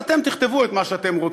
ואתם תכתבו את מה שאתם רוצים.